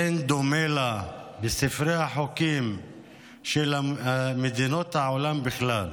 אין דומה לה בספרי החוקים של מדינות העולם בכלל.